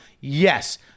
Yes